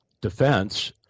defense